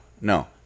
no